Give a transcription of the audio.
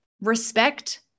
respect